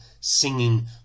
singing